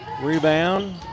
Rebound